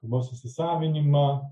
kalbos įsisavinimą